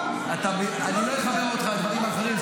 אני לא אחמם על דברים אחרים,